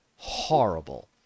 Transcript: Horrible